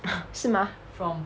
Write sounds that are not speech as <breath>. <breath> 是吗